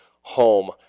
home